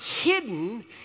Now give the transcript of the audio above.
hidden